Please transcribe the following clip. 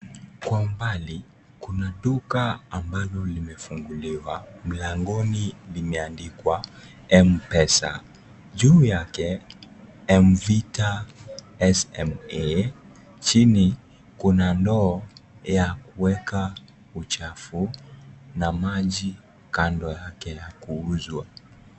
Kwa umbali kuna duka ambalo limefunguliwa mlangoni limeandikwa;M pesa juu yake MVITA SMA, jini kuna ndoo ya kuweka uchafu na maji kando yake ya kuuzwa.